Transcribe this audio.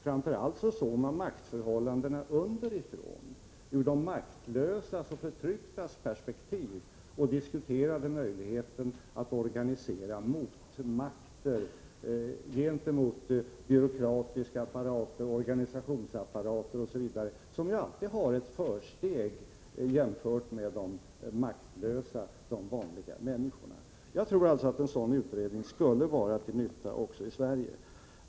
Framför allt såg man maktförhållandena underifrån, ur de maktlösas och förtrycktas perspektiv och diskuterade möjligheterna att organisera motmakter gentemot byråkratiska apparater och organisationsapparater, som alltid har ett försteg framför de maktlösa, de vanliga människorna. Jag tror att en sådan utredning skulle vara till nytta även i Sverige.